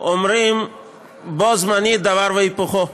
אומרים בו-זמנית דבר והיפוכו.